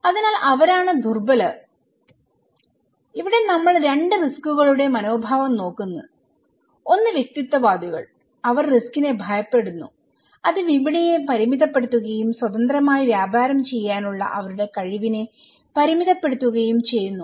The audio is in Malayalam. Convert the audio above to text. അതിനാൽ അവരാണ് ഏറ്റവും ദുർബലർ ഇവിടെ നമ്മൾ 2 റിസ്ക്കുകളുടെ മനോഭാവം നോക്കുന്നു ഒന്ന് വ്യക്തിത്വവാദികൾ അവർ റിസ്കിനെ ഭയപ്പെടുന്നു അത് വിപണിയെ പരിമിതപ്പെടുത്തുകയും സ്വതന്ത്രമായി വ്യാപാരം ചെയ്യാനുള്ള അവരുടെ കഴിവിനെ പരിമിതപ്പെടുത്തുകയും ചെയ്യുന്നു